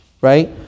right